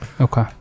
Okay